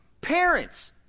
Parents